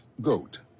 GOAT